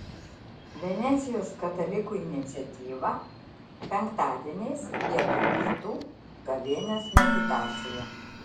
venecijos katalikų iniciatyva penktadieniais vietoj pietų gavėnios meditacija